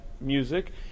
music